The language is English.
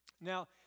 Now